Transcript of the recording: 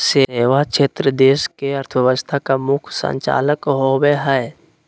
सेवा क्षेत्र देश के अर्थव्यवस्था का मुख्य संचालक होवे हइ